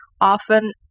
often